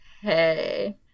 hey